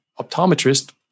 optometrist